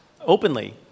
openly